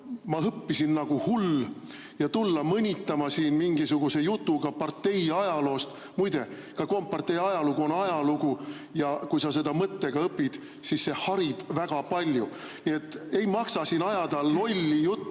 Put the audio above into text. ma õppisin nagu hull. Tulla mõnitama siin mingisuguse jutuga partei ajaloost ... Muide, ka kompartei ajalugu on ajalugu ja kui sa seda mõttega õpid, siis see harib väga palju. Nii et ei maksa siin ajada lolli juttu,